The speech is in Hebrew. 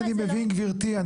פיטורים אני מבין, גברתי.